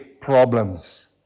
problems